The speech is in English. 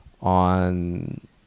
on